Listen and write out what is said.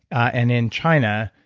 and in china,